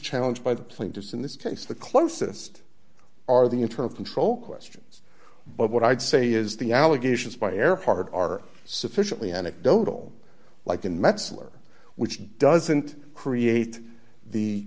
challenged by the plaintiffs in this case the closest are the internal control questions but what i'd say is the allegations by air part are sufficiently anecdotal like an metzler which doesn't create the